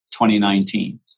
2019